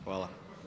Hvala.